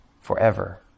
forever